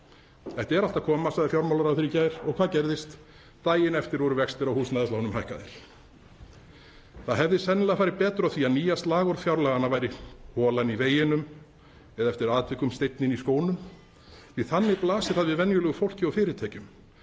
Þetta er allt að koma, sagði fjármálaráðherra í gær, og hvað gerðist? Daginn eftir voru vextir á húsnæðislánum hækkaðir. Það hefði sennilega farið betur á því að nýja slagorð fjárlaganna væri „Holan í veginum“ eða eftir atvikum „Steinninn í skónum“. Því að þannig blasir þetta við venjulegu fólki og fyrirtækjum.